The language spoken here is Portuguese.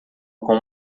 com